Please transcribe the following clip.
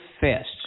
fast